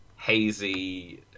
hazy